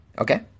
Okay